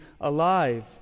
alive